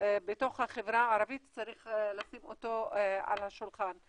בתוך החברה הערבית צריך לשים אותו על השולחן.